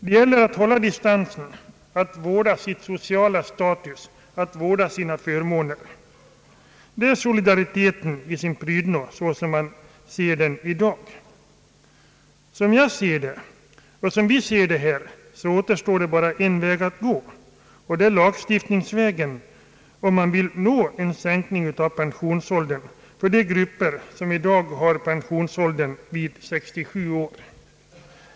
Det gäller att hålla distansen, att vårda sin sociala status, att vårda sina förmåner. Det är solidariteten i sin prydno så som man ser den i dag. Som jag ser det och som vi ser det här återstår bara en väg att gå, och det är lagstiftningsvägen, om man vill nå en sänkning av pensionsåldern för de grupper som i dag når pensionsåldern vid 67 år.